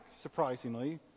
surprisingly